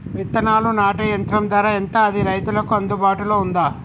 విత్తనాలు నాటే యంత్రం ధర ఎంత అది రైతులకు అందుబాటులో ఉందా?